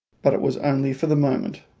but it was only for the moment.